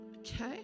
Okay